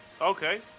Okay